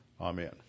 Amen